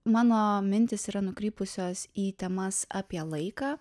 mano mintys yra nukrypusios į temas apie laiką